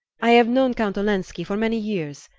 i have known count olenski for many years.